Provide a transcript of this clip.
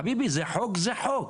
חביבי, חוק זה חוק.